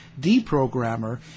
deprogrammer